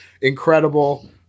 Incredible